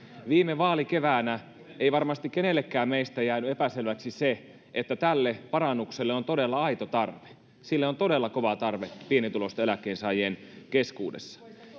viime vaalikeväänä ei varmasti kenellekään meistä jäänyt epäselväksi se että tälle parannukselle on todella aito tarve sille on todella kova tarve pienituloisten eläkkeensaajien keskuudessa